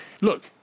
Look